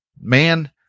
man